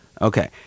Okay